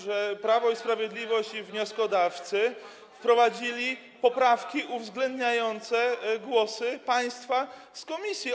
że Prawo i Sprawiedliwość i wnioskodawcy wprowadzili poprawki uwzględniające głosy państwa z komisji.